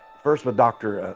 first with dr. ah